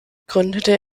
gründete